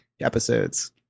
episodes